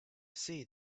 see